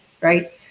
right